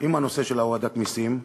עם הנושא של הורדת מסים,